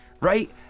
Right